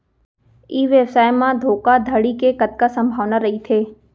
ई व्यवसाय म धोका धड़ी के कतका संभावना रहिथे?